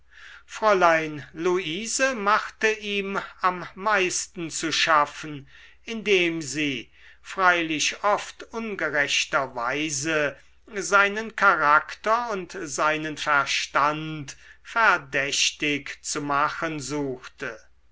fräulein luise machte ihm am meisten zu schaffen indem sie freilich oft ungerechterweise seinen charakter und seinen verstand verdächtig zu machen suchte